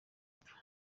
apfa